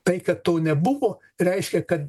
tai kad to nebuvo reiškia kad